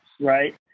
right